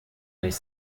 les